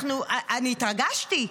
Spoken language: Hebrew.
אני התרגשתי.